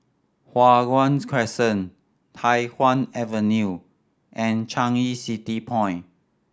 Hua Guan Crescent Tai Hwan Avenue and Changi City Point